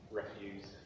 refuse